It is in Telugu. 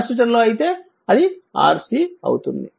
కెపాసిటర్ లో అయితే అది RC అవుతుంది